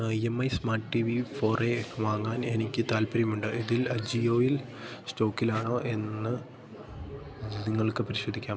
I M I smart T V four A വാങ്ങാൻ എനിക്ക് താൽപ്പര്യമുണ്ട് ഇതിൽ അജിയോയിൽ സ്റ്റോക്കിലാണോ എന്ന് നിങ്ങൾക്ക് പരിശോധിക്കാം